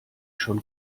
schon